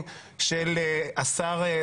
ארבל, את רוצה להגיד על זה מילה?